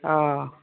অঁ